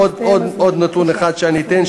עוד נתון אחד שאני אתן,